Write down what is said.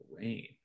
Rain